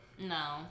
No